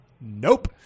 nope